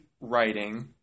writing